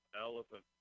Elephant